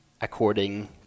according